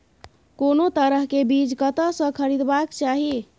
कोनो तरह के बीज कतय स खरीदबाक चाही?